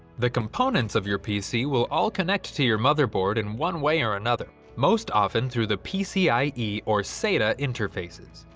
the components of your pc will all connect to your motherboard in one way or another, most often through the pcie or sata interfaces.